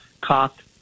cocked